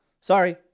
Sorry